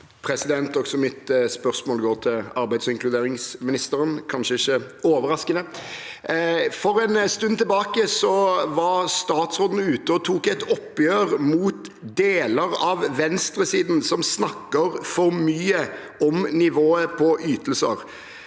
Også mitt spørs- mål går til arbeids- og inkluderingsministeren – kanskje ikke overraskende. For en stund tilbake var statsråden ute og tok et oppgjør med deler av venstresiden, som snakker for mye om nivået på ytelser.